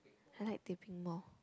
I like teh peng more